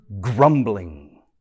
Grumbling